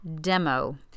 Demo